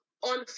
on